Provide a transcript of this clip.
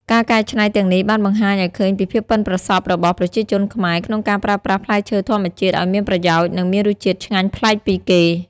ការកែច្នៃទាំងនេះបានបង្ហាញឱ្យឃើញពីភាពប៉ិនប្រសប់របស់ប្រជាជនខ្មែរក្នុងការប្រើប្រាស់ផ្លែឈើធម្មជាតិឱ្យមានប្រយោជន៍ និងមានរសជាតិឆ្ងាញ់ប្លែកពីគេ។